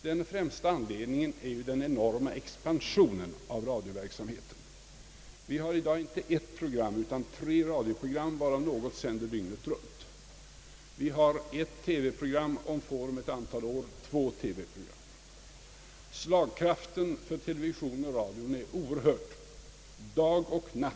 Den främsta anledningen härtill är den enorma expansionen av radioverksamheten. Vi har i dag inte endast ett utan tre radioprogram, varav något sänder dygnet runt. Vi har ett TV-program och får om ett antal år ytterligare ett. Slagkraften i radions och televisionens program är oerhörd dag och natt.